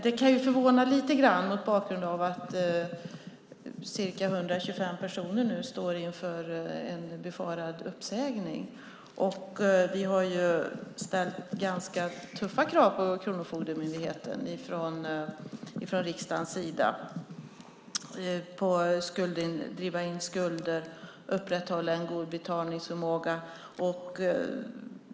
Det kan förvåna lite grann mot bakgrund av att ca 125 personer nu står inför en befarad uppsägning. Vi har ställt ganska tuffa krav på Kronofogdemyndigheten från riksdagens sida, att driva in skulder och upprätthålla en god betalningsförmåga.